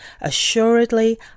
Assuredly